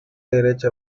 derecha